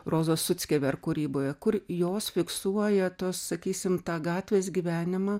rozos suckever kūryboje kur jos fiksuoja tuos sakysim tą gatvės gyvenimą